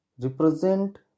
represent